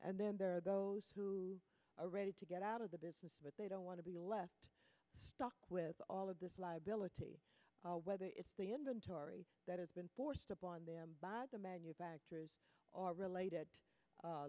and then there are those who are ready to get out of the business but they don't want to be left with all of this liability whether it's the inventory that has been forced upon them by the manufacturers or related